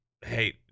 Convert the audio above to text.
hey